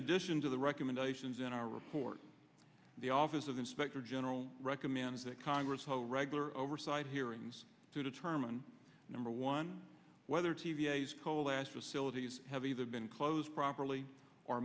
addition to the recommendations in our report the office of inspector general recommends that congress whole regular oversight hearings to determine number one whether t v s coal ash facilities have either been close properly or